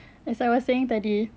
as I was saying tadi